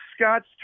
Scott's